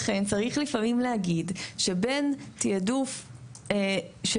לכן צריך לפעמים להגיד שבין תעדוף של